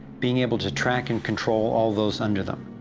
being able to track and control all those under them.